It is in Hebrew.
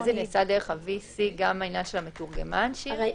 ואז גם העניין של המתורגמן נעשה דרך ה-VC, שירי?